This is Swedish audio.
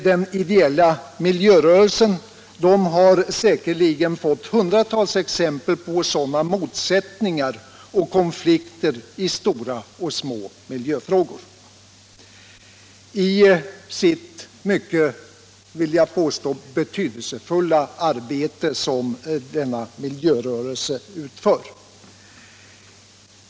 Den ideella miljörörelsen har säkerligen fått hundratals exempel på sådana motsättningar och konflikter i stora och små miljöfrågor i sitt mycket betydelsefulla arbete.